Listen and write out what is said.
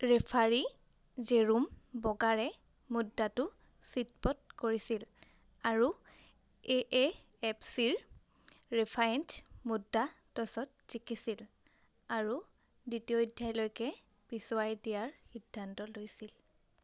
referee Jerome বগাৰে মুদ্ৰাটো চিট পট কৰিছিল আৰু এ এ এফ চি ৰ ৰেভাইন্স মুদ্ৰা টছত জিকিছিল আৰু দ্বিতীয় অধ্যায়লৈকে পিছুৱাই দিয়াৰ সিদ্ধান্ত লৈছিল